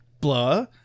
blah